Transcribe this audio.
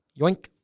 Yoink